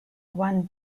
one